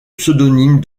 pseudonyme